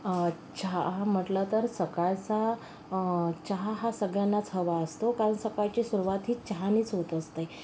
चहा म्हटलं तर सकाळचा चहा हा सगळ्यांनाच हवा असतो कारण सकाळची सुरुवात ही चहानेच होत असते